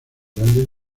grandes